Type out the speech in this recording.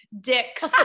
dicks